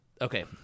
Okay